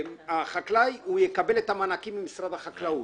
החקלאי יקבל את המענקים ממשרד החקלאות.